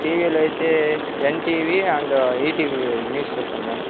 టీవిలో అయితే NTV and ETV news చూస్తాను మ్యామ్